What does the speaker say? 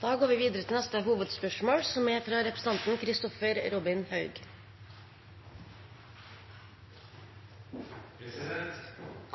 går videre til neste hovedspørsmål.